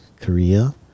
Korea